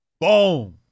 Boom